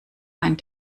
einen